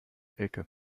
elke